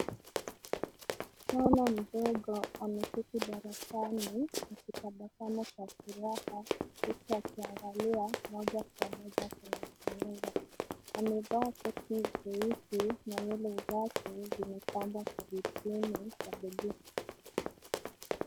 Msichana mdogo ameketi darasani akitabasamu kwa furaha, huku akiangalia moja kwa moja kwenye kamera. Amevaa shati jeusi na nywele zake zimepambwa kwa vipini za buluu .